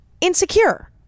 insecure